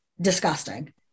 disgusting